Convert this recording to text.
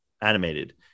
animated